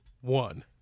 one